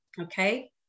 okay